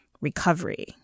recovery